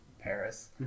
Paris